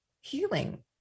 healing